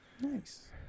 Nice